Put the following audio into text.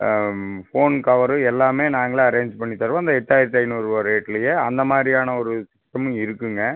phone cover எல்லாம் நாங்கள் arrange பண்ணி தருவோம் இந்த எட்டாயிரத்தி ஐநூறு ரூபா ரேட்லேயே அந்த மாதிரியான ஒரு ஸ்கீமு இருக்குங்க